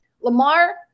Lamar